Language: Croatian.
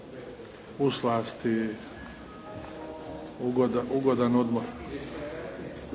u slast i ugodan odmor.